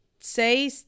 Say